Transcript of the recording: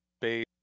Base